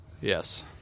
Yes